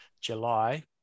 July